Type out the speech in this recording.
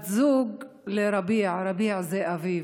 היא בת זוג לרביע, רביע זה אביב.